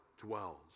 dwells